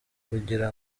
kugira